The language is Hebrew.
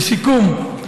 לסיכום,